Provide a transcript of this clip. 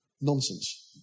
Nonsense